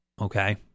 Okay